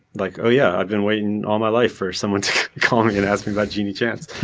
like oh yeah, i've been waiting all my life for someone to call me and ask me about genie chance.